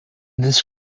this